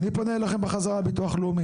אני פונה אליכם בחזרה, הביטוח הלאומי.